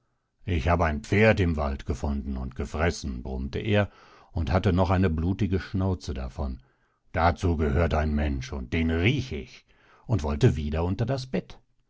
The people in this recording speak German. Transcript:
ich hab ein pferd im wald gefunden und gefressen brummte er und hatte noch eine blutige schnauze davon dazu gehört ein mensch und den riech ich und wollte wieder unter das bett